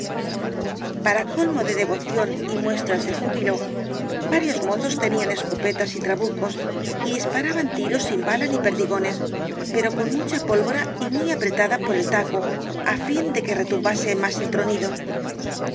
para colmo de devoción y muestras de júbi varios mozos tenían escopetas y trabucos y dispa raban tiros sin bala ni perdigones pero con mucha pólvora y muy apretada por el taco á fin de que retumbase más el tronido